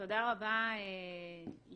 תודה רבה איתי.